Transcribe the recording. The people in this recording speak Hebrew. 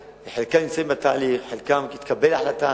חלקן נמצאות בתהליך, לגבי חלקן תתקבל החלטה,